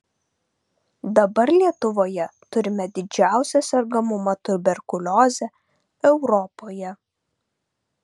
dabar lietuvoje turime didžiausią sergamumą tuberkulioze europoje